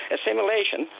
Assimilation